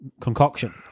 concoction